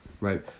right